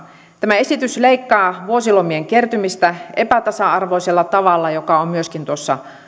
tämä esitys leikkaa vuosilomien kertymistä epätasa arvoisella tavalla joka on myöskin